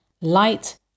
Light